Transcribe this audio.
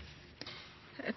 er